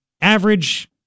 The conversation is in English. average